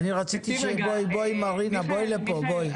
מיכאל,